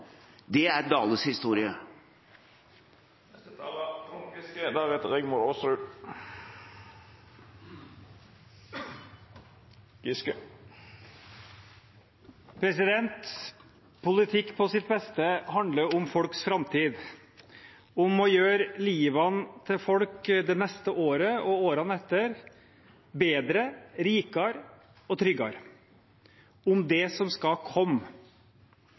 Det er Dales historie. Politikk på sitt beste handler om folks framtid, om å gjøre livet til folk det neste året og årene etter bedre, rikere og tryggere – om det som skal komme.